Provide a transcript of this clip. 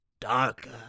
Darker